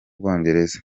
bwongereza